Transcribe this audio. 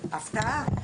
הפתעה.